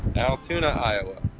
altoona iowa,